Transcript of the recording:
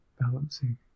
balancing